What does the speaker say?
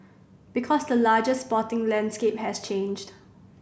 because the larger sporting landscape has changed